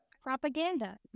propaganda